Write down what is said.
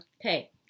Okay